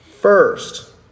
first